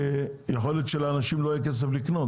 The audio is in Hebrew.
יכול להיות שלאנשים לא יהיה כסף לקנות,